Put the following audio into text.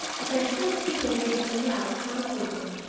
i can still see the way her mouth hung open.